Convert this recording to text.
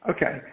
Okay